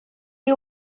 you